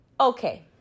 okay